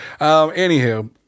Anywho